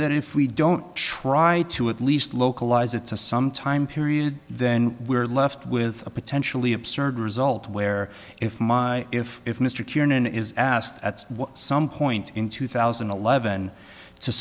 that if we don't try to at least localize it to some time period then we're left with a potentially absurd result where if if if mr curin and is asked at some point in two thousand and eleven to